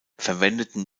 verwendeten